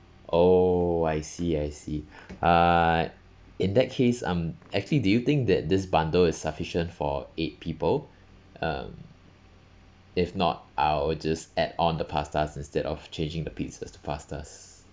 oh I see I see uh in that case um actually do you think that this bundle is sufficient for eight people um if not I'll just add on the pastas instead of changing the pizzas to pastas